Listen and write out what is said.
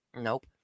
Nope